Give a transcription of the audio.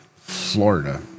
Florida